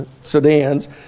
sedans